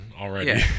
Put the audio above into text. already